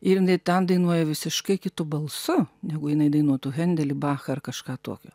ir jinai ten dainuoja visiškai kitu balsu negu jinai dainuotų hendelį bachą ar kažką tokio